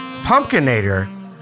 Pumpkinator